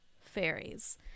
fairies